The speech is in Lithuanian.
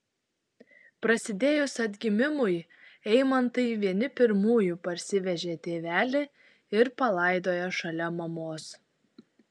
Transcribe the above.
prasidėjus atgimimui eimantai vieni pirmųjų parsivežė tėvelį ir palaidojo šalia mamos